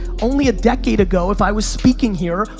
only a decade ago, if i was speaking here,